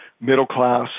middle-class